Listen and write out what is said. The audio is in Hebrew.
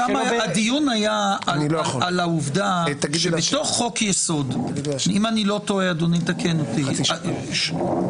שם הדיון היה - אם אני לא טועה ותקן אותי,